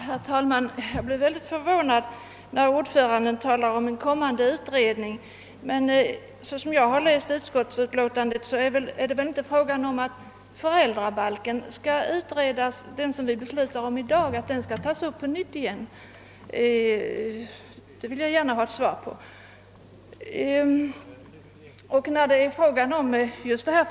Herr talman! Jag blev synnerligen förvånad när utskottets ordförande talade om en kommande utredning på detta område. Såsom jag läst utskottsutlåtandet skulle det inte vara fråga om att den del av föräldrabalken, som vi i dag beslutar om, skall tas upp på nytt. Jag vill gärna ha ett besked på den punkten.